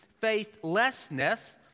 faithlessness